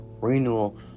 renewal